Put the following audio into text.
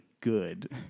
good